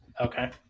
Okay